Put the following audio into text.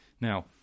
Now